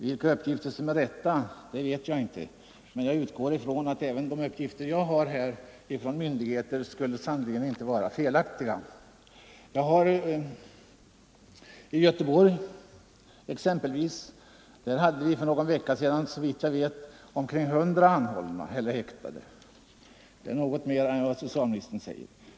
Vilka uppgifter som är riktiga vet jag inte, men jag utgår från att de uppgifter jag har fått från olika myndigheter inte är felaktiga. I Göteborg hade vi för någon vecka sedan enligt uppgift omkring 100 anhållna eller häktade, och det är något mer än vad socialministern angav.